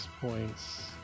points